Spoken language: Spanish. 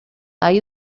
ahí